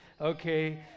Okay